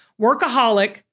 workaholic